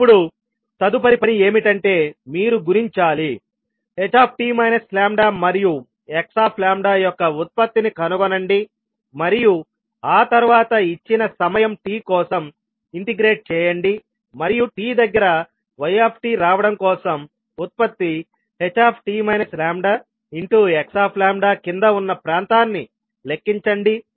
ఇప్పుడు తదుపరి పని ఏమిటంటే మీరు గుణించాలిht λ మరియు xλ యొక్క ఉత్పత్తిని కనుగొనండి మరియు ఆ తర్వాత ఇచ్చిన సమయం t కోసం ఇంటిగ్రేట్ చేయండి మరియు t దగ్గర yరావడం కోసం ఉత్పత్తి ht λxλ కింద ఉన్న ప్రాంతాన్ని లెక్కించండి